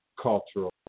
cultural